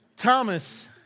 Thomas